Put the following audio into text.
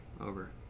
over